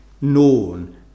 known